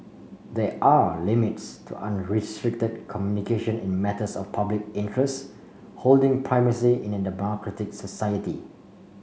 there are limits to unrestricted communication in matters of public interest holding primacy in a democratic society